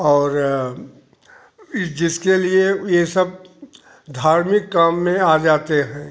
और इस जिसके लिए ये सब धार्मिक काम में आ जाते हैं